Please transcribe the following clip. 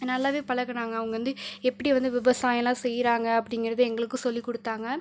நல்லாவே பழகுனாங்க அவங்க வந்து எப்படி வந்து விவசாயம்லாம் செய்யறாங்க அப்படிங்கிறது எங்களுக்கும் சொல்லிக் கொடுத்தாங்க